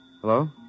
Hello